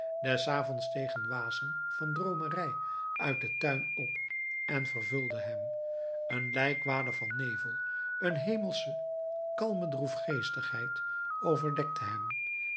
des avonds steeg een wasem van droomerij uit den tuin op en vervulde hem een lijkwade van nevel een hemelsche kalme droefgeestigheid overdekte hem